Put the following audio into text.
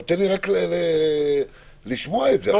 אז תן לי לשמוע אותו.